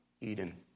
Eden